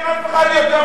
מה אתה רוצה ממנו?